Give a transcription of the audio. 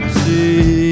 see